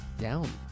down